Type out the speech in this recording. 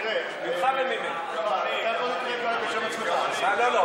תראה, אתה יכול, בשם עצמך, לא.